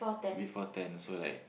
before ten so like